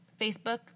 Facebook